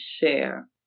share